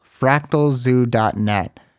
fractalzoo.net